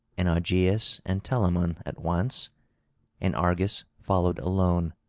and augeias and telamon at once and argus followed alone,